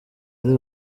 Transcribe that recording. ari